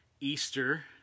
Easter